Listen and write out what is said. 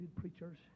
preachers